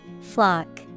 Flock